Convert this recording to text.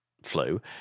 flu